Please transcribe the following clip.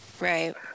right